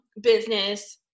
business